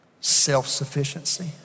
Self-sufficiency